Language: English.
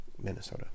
Minnesota